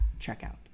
checkout